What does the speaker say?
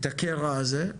את הקרע הזה,